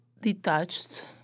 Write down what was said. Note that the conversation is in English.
detached